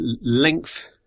length